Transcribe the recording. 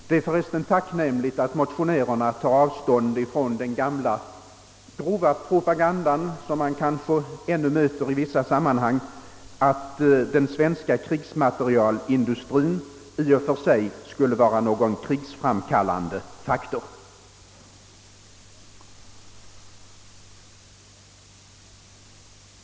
Det är för resten tacknämligt att motionärerna tar avstånd från den gamla grova propagandan som man ännu möter i vissa sam manhang att den svenska krigsmaterielindustrien i och för sig skulle vara en krigsframkallande faktor.